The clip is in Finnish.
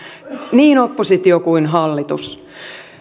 niin oppositio kuin hallitus